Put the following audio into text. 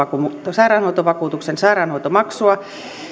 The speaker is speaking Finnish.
sairaanhoitovakuutuksen sairaanhoitomaksua